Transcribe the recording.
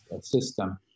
system